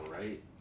right